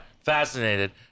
fascinated